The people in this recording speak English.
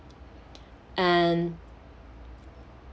and